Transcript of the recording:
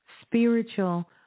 Spiritual